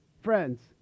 Friends